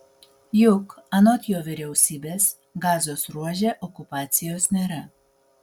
juk anot jo vyriausybės gazos ruože okupacijos nėra